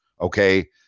okay